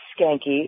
skanky